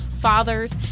fathers